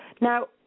Now